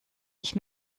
sich